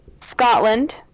Scotland